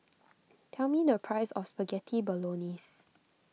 tell me the price of Spaghetti Bolognese